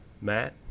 Matt